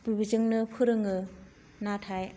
बिजोंनो फोरोङो नाथाय